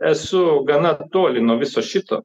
esu gana toli nuo viso šito